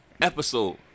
episode